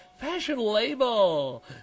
fashion-label